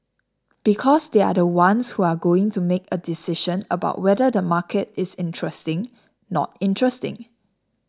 because they are the ones who are going to make a decision about whether the market is interesting not interesting